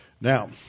Now